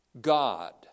God